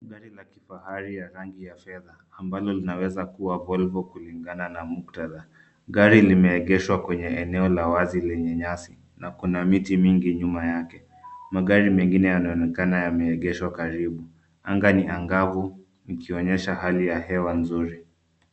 Gari la kifahari ya rangi ya fedha ambalo linaweza kuwa Volvo kulingana na muktadha. Gari limeegeshwa kwenye eneo la wazi lenye nyasi na kuna miti mingi nyuma yake. Magari mengine yanaonekana yameegeshwa karibu. Anga ni angavu ikionyesha hali ya hewa nzuri.